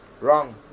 wrong